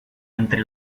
entre